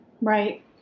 Right